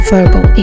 Verbal